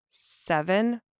Seven